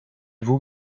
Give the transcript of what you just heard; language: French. vous